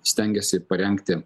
stengiasi parengti